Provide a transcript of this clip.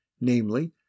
namely